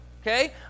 okay